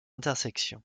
intersection